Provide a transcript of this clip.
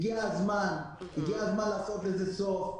הגיע הזמן לעשות לזה סוף.